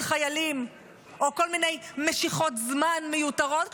חיילים או כל מיני משיכות זמן מיותרות,